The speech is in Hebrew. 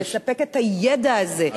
לספק את הידע הזה?